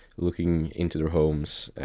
looking into their homes,